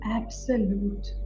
absolute